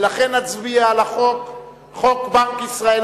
ולכן נצביע על חוק בנק ישראל,